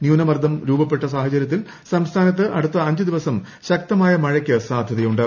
ന്യൂനമർദം രൂപപ്പെട്ട സാഹചര്യത്തിൽ ക്ട്രിസ്ഥാനത്ത് അടുത്ത അഞ്ചു ദിവസം ശക്തമായ മഴയ്ക്കു സുദ്ധ്യൃത്യുണ്ട്